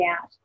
out